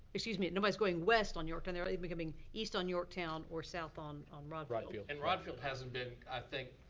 excuse me, nobody's going west on yorktown, they'll really be coming east on yorktown or south on on rodd rodd field and rodd field hasn't been, i think,